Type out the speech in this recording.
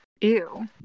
Ew